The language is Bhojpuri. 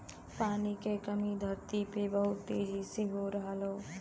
पानी के कमी धरती पे बहुत तेज हो रहल हौ